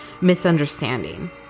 misunderstanding